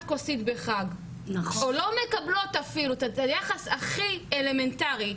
כוסית בחג או לא מקבלות אפילו את היחס הכי אלמנטרי.